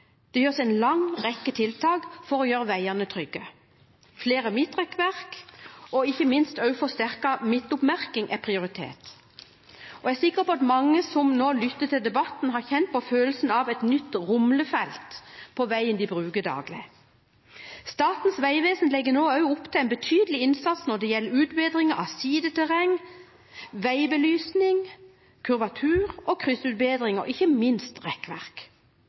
Det gjøres en lang rekke tiltak for å gjøre veiene trygge. Flere midtrekkverk og ikke minst forsterket midtoppmerking er prioritert, og jeg er sikker på at mange som nå lytter til debatten, har kjent på følelsen av et nytt rumlefelt på veien de bruker daglig. Statens vegvesen legger nå opp til en betydelig innsats når det gjelder utbedring av sideterreng, veibelysning, kurvatur- og kryssutbedringer og ikke minst rekkverk.